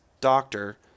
doctor